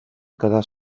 quedà